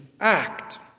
act